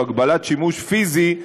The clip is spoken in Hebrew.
או הגבלת שימוש פיזי,